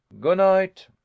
Good-night